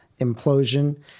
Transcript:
implosion